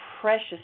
precious